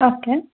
okay